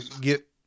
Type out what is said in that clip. get